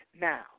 now